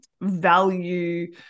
value